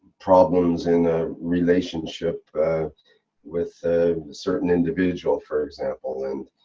problems in a relationship with a certain individual for example and